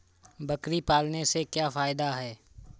बकरी पालने से क्या फायदा है?